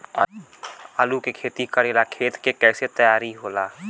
आलू के खेती करेला खेत के कैसे तैयारी होला?